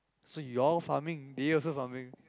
so you all farming they also farming